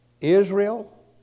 Israel